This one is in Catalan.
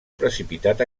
precipitat